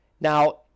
Now